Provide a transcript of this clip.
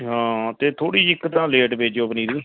ਅਤੇ ਹਾਂ ਅਤੇ ਥੋੜ੍ਹੀ ਜਿਹੀ ਇੱਕ ਤਾਂ ਲੇਟ ਬੀਜਿਓ ਪਨੀਰੀ